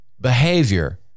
behavior